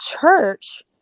church